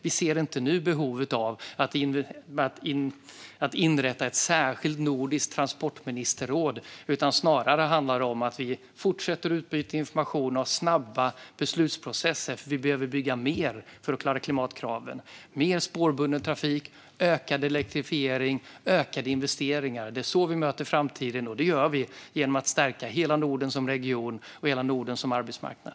Vi ser inte nu behovet av att inrätta ett särskilt nordiskt transportministerråd. Snarare handlar det om att vi fortsätter att utbyta information och har snabba beslutsprocesser. Vi behöver nämligen bygga mer för att klara klimatkraven. Mer spårbunden trafik, ökad elektrifiering, ökade investeringar - det är så vi möter framtiden. Det gör vi genom att stärka hela Norden som region och hela Norden som arbetsmarknad.